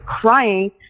crying